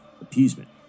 appeasement